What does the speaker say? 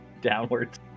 downwards